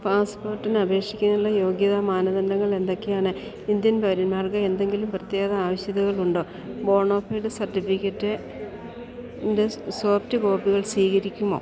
പാസ്പോർട്ടിന് അപേക്ഷിക്കുന്നതിനുള്ള യോഗ്യതാ മാനദണ്ഡങ്ങൾ എന്തൊക്കെയാണ് ഇന്ത്യൻ പൗരന്മാർക്ക് എന്തെങ്കിലും പ്രത്യേക ആവശ്യതകളുണ്ടോ ബോണഫൈഡ് സർട്ടിഫിക്കറ്റ് ൻ്റെ സോഫ്റ്റ് കോപ്പികൾ സ്വീകരിക്കുമോ